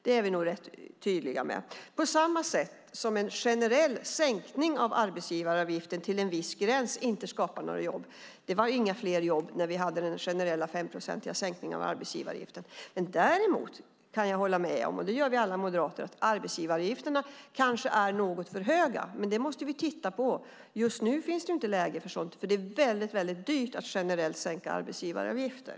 Det är vi nog rätt tydliga med, på samma sätt som en generell sänkning av arbetsgivaravgiften till en viss gräns inte skapar några jobb. Det var inga fler jobb när vi hade den generella 5-procentiga sänkningen av arbetsgivaravgiften. Däremot kan jag hålla med om - och det gör alla vi moderater - att arbetsgivaravgifterna kanske är något för höga. Det måste vi dock titta på. Just nu finns det inget läge för sådant, för det är väldigt dyrt att generellt sänka arbetsgivaravgifter.